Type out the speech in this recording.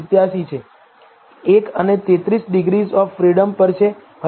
87 એ 1 અને 33 degrees of freedom પર છે